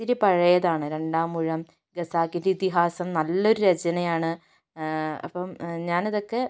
ഒത്തിരി പഴയതാണ് രണ്ടാമൂഴം ഖസാക്കിൻ്റെ ഇതിഹാസം നല്ലൊരു രചനയാണ് അപ്പം ഞാനിതൊക്കെ